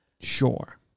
sure